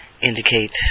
indicate